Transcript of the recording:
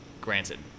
granted